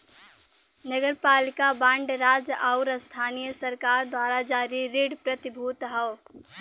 नगरपालिका बांड राज्य आउर स्थानीय सरकार द्वारा जारी ऋण प्रतिभूति हौ